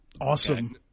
Awesome